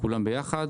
כולם ביחד.